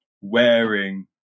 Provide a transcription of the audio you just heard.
wearing